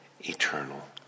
eternal